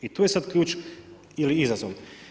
I tu je sad ključ ili izazov.